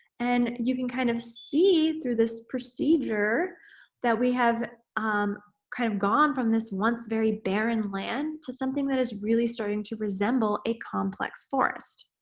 and, you can kind of see through this procedure that we have um kind of gone from once very barren land to something that is really starting to resemble a complex forest.